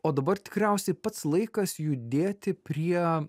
o dabar tikriausiai pats laikas judėti prie